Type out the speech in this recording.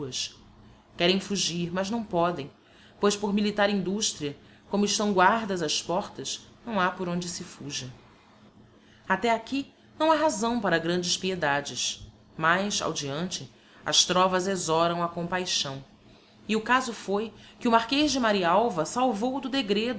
nuas querem fugir mas não podem pois por militar industria como estão guardas ás portas não ha por onde se fuja até aqui não ha razão para grandes piedades mas ao diante as trovas exhoram a compaixão e o caso foi que o marquez de marialva salvou do